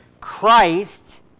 Christ